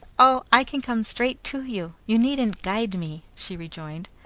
oh, i can come straight to you! you needn't guide me! she rejoined.